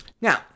Now